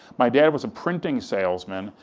my dad was a printing salesman,